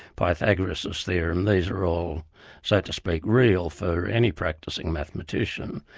pythagoras' theorem, these are all so to speak real for any practising mathematician.